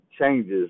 changes